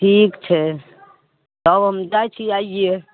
ठीक छै तब हम जाइ छी आइये